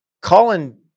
colin